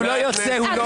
הוא לא יוצא, הוא לא בא.